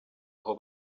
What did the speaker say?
aho